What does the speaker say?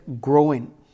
growing